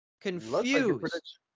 Confused